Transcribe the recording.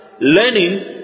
learning